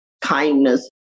kindness